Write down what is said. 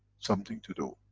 something to do.